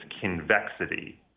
convexity